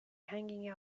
hanging